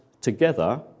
together